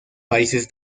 países